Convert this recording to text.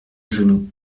genou